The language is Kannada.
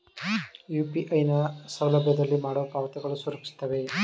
ಯು.ಪಿ.ಐ ಸೌಲಭ್ಯದಲ್ಲಿ ಮಾಡುವ ಪಾವತಿಗಳು ಸುರಕ್ಷಿತವೇ?